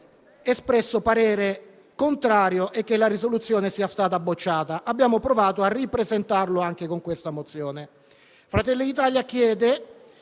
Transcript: espresso parere contrario e che la risoluzione sia stata bocciata. Abbiamo provato a ripresentare tale principio anche con questa mozione: Fratelli d'Italia chiede